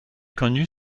connue